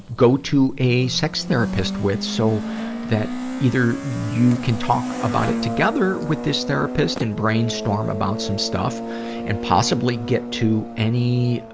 go to a sex therapist with, so that either you can talk about it together with this therapist and brainstorm about some stuff and possibly get to any,